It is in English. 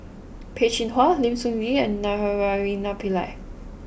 Peh Chin Hua Lim Sun Gee and Naraina Pillai